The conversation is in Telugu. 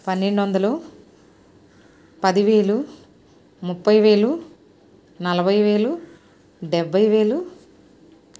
పన్నెండు వందలు పదివేలు ముప్పైవేలు నలభైవేలు డెబ్బై వేలు